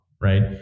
right